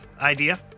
idea